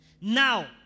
Now